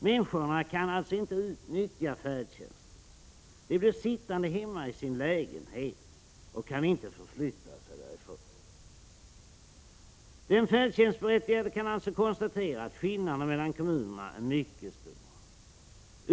Människorna kan alltså inte utnyttja färdtjänsten utan blir sittande hemma i sina lägenheter utan att kunna flytta sig därifrån. Den färdtjänstberättigade kan alltså konstatera att skillnaden mellan kommunerna är mycket stora.